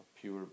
pure